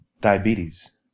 diabetes